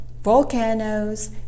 volcanoes